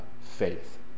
faith